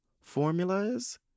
formulas